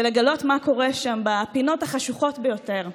ולגלות מה קורה שם בפינות החשוכות ביותר,